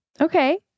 Okay